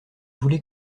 voulez